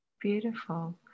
Beautiful